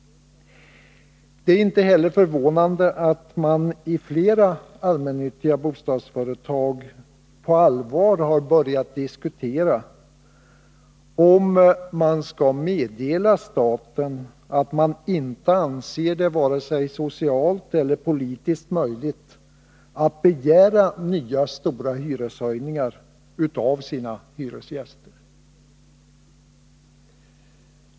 Det är inte heller förvånande att man i flera allmännyttiga bostadsföretags styrelser på allvar börjat diskutera om man skall meddela staten att man inte anser det vare sig socialt eller politiskt möjligt att begära nya stora hyreshöjningar av sina hyresgäster.